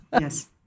Yes